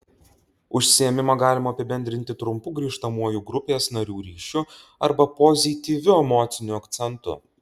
užsiėmimą galima apibendrinti trumpu grįžtamuoju grupės narių ryšiu arba pozityviu emociniu akcentu